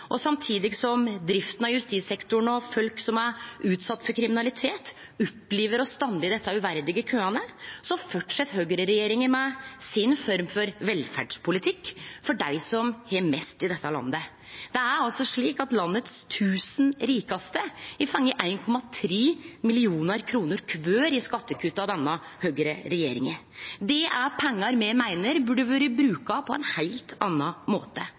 betyding. Samtidig som drifta av justissektoren gjer at folk som er utsette for kriminalitet, opplever å stå i desse uverdige køane, fortset høgreregjeringa med si form for velferdspolitikk for dei som har mest i dette landet. Det er altså slik at dei 1 000 rikaste i landet har fått 1,3 mill. kr kvar i skattekutt av denne høgreregjeringa. Det er pengar me meiner burde ha vore bruka på ein heilt annan måte.